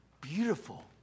Beautiful